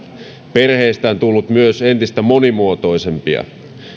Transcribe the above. perheistä on tullut myös entistä monimuotoisempia